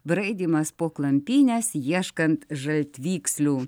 braidymas po klampynes ieškant žaltvykslių